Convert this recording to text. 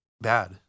bad